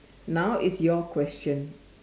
now it's your question